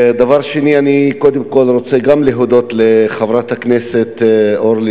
קודם כול אני רוצה להודות לחברת הכנסת אורלי